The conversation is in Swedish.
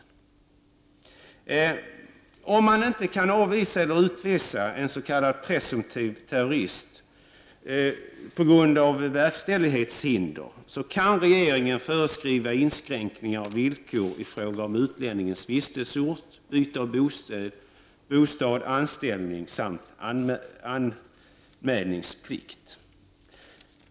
Om man på grund av verkställighetshinder inte kan avvisa eller utvisa en s.k. presumtiv terrorist, så kan regeringen föreskriva inskränkningar och villkor i fråga om utlänningens vistelseort, byte av bostad, anställning — samt anmälningsplikt.